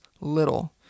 little